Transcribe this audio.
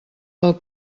del